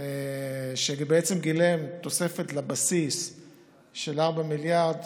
שגילם תוספת לבסיס של 4 מיליארד